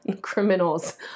criminals